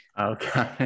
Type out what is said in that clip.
Okay